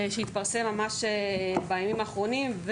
שהתפרסם ממש בימים האחרונים.